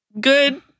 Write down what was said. Good